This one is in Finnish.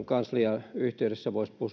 kanslian yhteydessä voisi